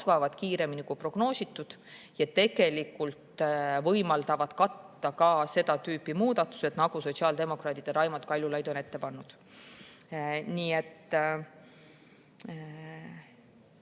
kiiremini, kui prognoositud ja need tegelikult võimaldavad katta ka seda tüüpi muudatused, nagu sotsiaaldemokraadid ja Raimond Kaljulaid on ette pannud. Praeguse